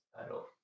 title